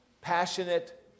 passionate